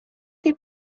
they